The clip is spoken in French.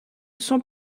sont